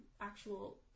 actual